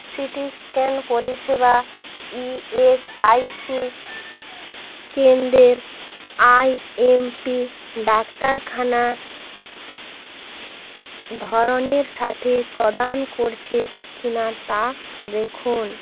city scan পরিষেবা ESIC কেন্দ্রের IMP ডাক্তারখানা ধরনের সাথে প্রদান করছে কিনা তা দেখুন